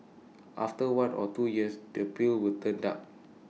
after one or two years the peel will turn dark